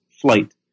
flight